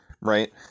right